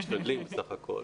משתדלים בסך הכול.